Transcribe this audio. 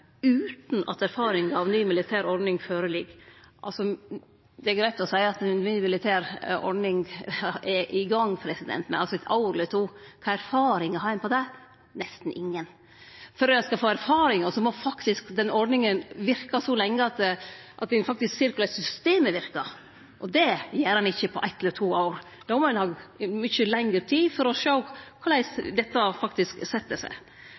utan at erfaring frå den nye militære ordninga ligg føre. Det er greitt å seie at ei ny militær ordning er i gang, men etter eitt år eller to – kva erfaring har ein med det? Nesten inga. For at ein skal få erfaring, må ordninga verke så lenge at ein faktisk ser korleis systemet verkar, og det gjer ein ikkje på eitt eller to år; det må mykje lengre tid til for å sjå korleis dette faktisk set seg.